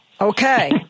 Okay